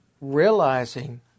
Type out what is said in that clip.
realizing